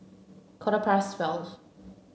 quarter past twelve